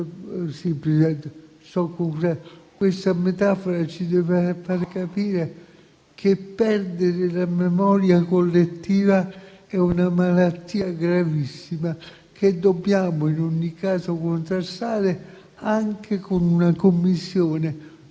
Questa metafora ci deve far capire, in conclusione, che perdere la memoria collettiva è una malattia gravissima, che dobbiamo in ogni caso contrastare, anche con una Commissione